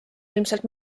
ilmselt